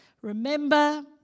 Remember